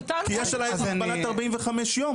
מותר לך --- כי יש עליי הגבלת 45 יום.